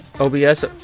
OBS